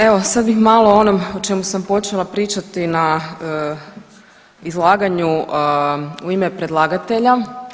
Evo sad bih malo o onom o čemu sam počela pričati na izlaganju u ime predlagatelja.